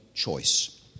choice